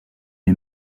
est